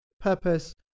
purpose